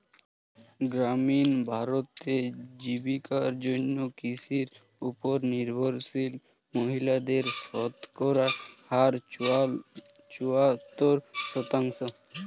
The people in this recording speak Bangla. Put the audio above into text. গ্রামীণ ভারতে, জীবিকার জন্য কৃষির উপর নির্ভরশীল মহিলাদের শতকরা হার চুয়াত্তর শতাংশ